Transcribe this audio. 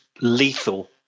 lethal